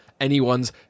anyone's